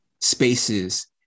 spaces